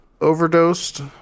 overdosed